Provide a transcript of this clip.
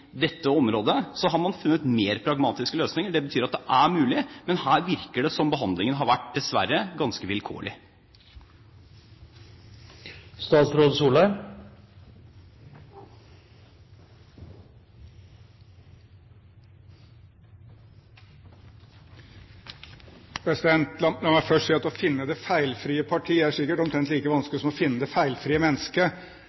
dette området har man funnet mer pragmatiske løsninger. Det betyr at det er mulig, men her virker det som om behandlingen dessverre har vært ganske vilkårlig. La meg først si at å finne det feilfrie partiet er sikkert omtrent like vanskelig